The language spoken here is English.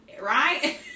Right